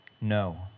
No